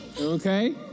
Okay